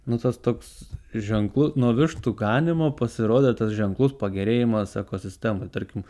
nu tas toks ženklu nuo vištų ganymo pasirodė tas ženklus pagerėjimas ekosistemai tarkim